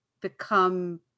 become